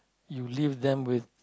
you leave them with